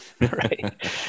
right